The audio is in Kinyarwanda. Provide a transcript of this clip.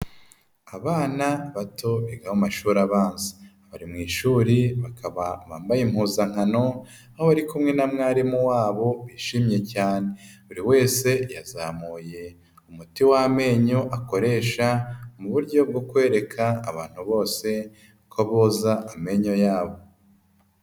Abana bato biga mu mashuri abanza. Bari mu ishuri, bakaba bambaye impuzankano aho bari kumwe na mwarimu wabo wishimye cyane. Buri wese yazamuye umuti w'amenyo akoresha, mu buryo bwo kwereka abantu bose ko boza amenyo yabo.